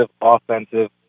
offensive